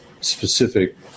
specific